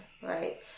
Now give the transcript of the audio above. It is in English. right